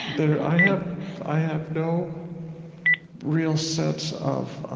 they're i have i have no real sense of